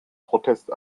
protest